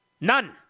None